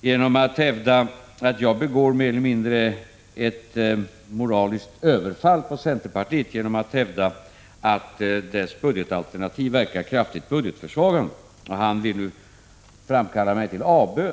genom att hävda att jag mer eller mindre gör mig skyldig till ett moraliskt överfall på centerpartiet genom att hävda att dess budgetalternativ verkar kraftigt budgetförsvagande. Han vill framkalla mig till avbön.